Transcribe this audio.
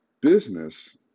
business